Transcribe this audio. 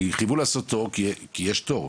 חייבו לעשות תור כי יש תור.